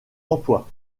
emplois